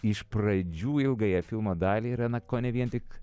iš pradžių ilgąją filmo dalį yra na kone vien tik